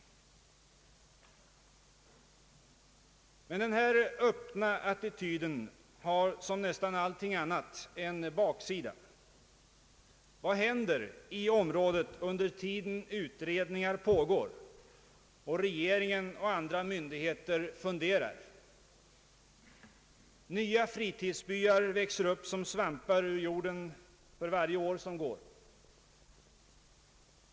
Men den här öppna attityden har som nästan allting annat en baksida. Vad händer i området medan utredningar pågår och regeringen och andra myndigheter funderar? Nya fritidsbyar växer upp som svampar ur jorden för varje år som går.